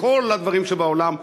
מכל הדברים שבעולם,